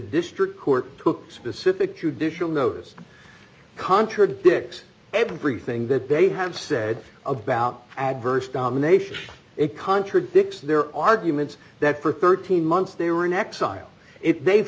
district court took specific judicial notice contradicts everything that they have said about adverse domination it contradicts their arguments that for thirteen months they were in exile if they've